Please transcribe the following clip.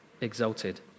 exalted